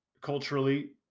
Culturally